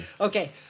Okay